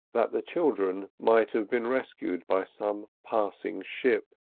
that the children might have been rescued by some passing ship.